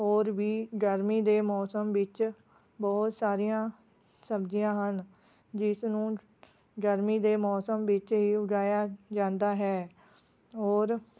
ਹੋਰ ਵੀ ਗਰਮੀ ਦੇ ਮੌਸਮ ਵਿੱਚ ਬਹੁਤ ਸਾਰੀਆਂ ਸਬਜ਼ੀਆਂ ਹਨ ਜਿਸਨੂੰ ਗਰਮੀ ਦੇ ਮੌਸਮ ਵਿੱਚ ਹੀ ਉਗਾਇਆ ਜਾਂਦਾ ਹੈ ਹੋਰ